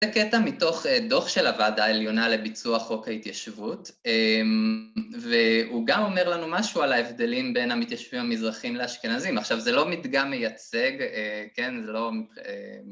זה קטע מתוך דוח של הוועדה העליונה לביצוע חוק ההתיישבות והוא גם אומר לנו משהו על ההבדלים בין המתיישבים המזרחים לאשכנזים עכשיו זה לא מדגם מייצג, כן? זה לא מייצג